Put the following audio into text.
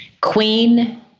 Queen